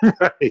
Right